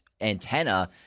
antenna